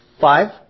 Five